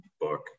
book